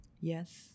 Yes